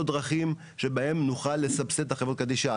דרכים שבם נוכל לסבסד את חברות הקדישא.